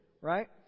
right